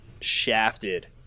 shafted